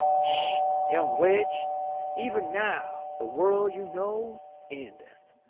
shhh young witch even now, the world you know endeth.